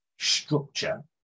structure